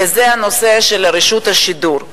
וזה הנושא של רשות השידור.